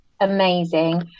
amazing